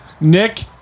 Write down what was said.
Nick